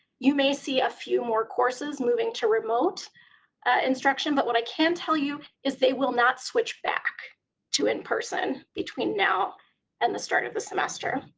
you may see a few more courses moving to remote instruction. but what i can tell you is they will not switch back to in person between now and the start of the semester.